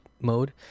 mode